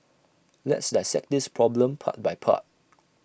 let's dissect this problem part by part